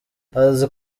azi